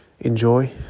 enjoy